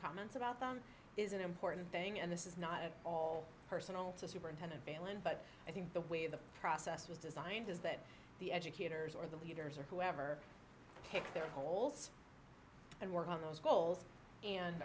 comments about them is an important thing and this is not at all personal to superintend and failing but i think the way the process was designed is that the educators or the leaders or whoever picks their holes and work on those goals and